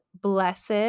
Blessed